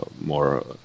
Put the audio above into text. more